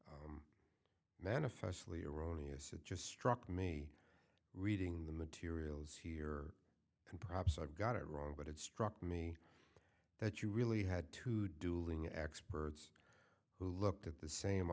manifestly erroneous it just struck me reading the materials here can perhaps i've got it wrong but it struck me that you really had to do lng experts who looked at the same